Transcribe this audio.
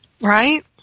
Right